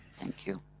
thank you.